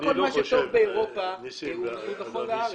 לא כל מה שטוב באירופה נכון גם לארץ.